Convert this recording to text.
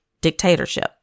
Dictatorship